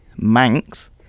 Manx